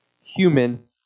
human